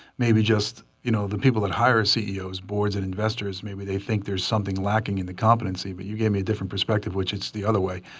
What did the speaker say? maybe just you know the people that hire ceos, boards and investors, maybe they think there's something lacking in the competency, but you gave me a different perspective, which is the other way.